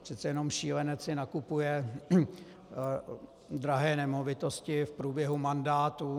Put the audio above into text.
Přece jenom šílenec si nakupuje drahé nemovitosti v průběhu mandátu.